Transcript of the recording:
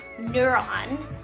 Neuron